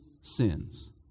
sins